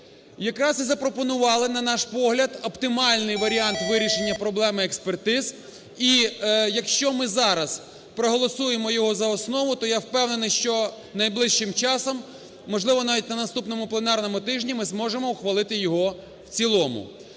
якраз і запропонували, на наш погляд, оптимальний варіант вирішення проблеми експертиз. І якщо ми зараз проголосуємо його за основу, то я впевнений, що найближчим часом, можливо, навіть на наступному пленарному тижні ми зможемо ухвалити його в цілому.